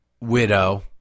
widow